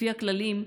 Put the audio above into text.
לפי הכללים,